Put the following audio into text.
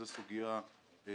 זו סוגיה משמעותית.